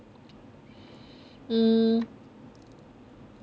mm